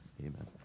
amen